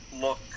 look